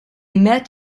met